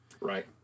Right